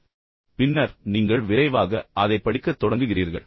எனவே நீங்கள் அதற்குச் சென்று பின்னர் நீங்கள் விரைவாக அதைப் படிக்கத் தொடங்குகிறீர்கள்